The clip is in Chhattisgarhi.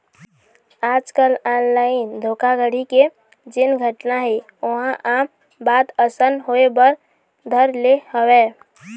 आजकल ऑनलाइन धोखाघड़ी के जेन घटना हे ओहा आम बात असन होय बर धर ले हवय